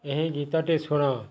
ଏହି ଗୀତଟା ଶୁଣ